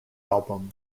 album